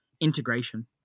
integration